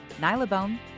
Nylabone